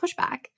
pushback